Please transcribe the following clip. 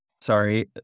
Sorry